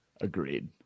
Agreed